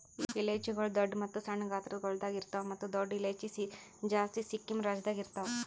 ಇಲೈಚಿಗೊಳ್ ದೊಡ್ಡ ಮತ್ತ ಸಣ್ಣ ಗಾತ್ರಗೊಳ್ದಾಗ್ ಇರ್ತಾವ್ ಮತ್ತ ದೊಡ್ಡ ಇಲೈಚಿ ಜಾಸ್ತಿ ಸಿಕ್ಕಿಂ ರಾಜ್ಯದಾಗ್ ಇರ್ತಾವ್